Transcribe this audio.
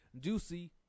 juicy